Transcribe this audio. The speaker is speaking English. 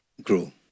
grow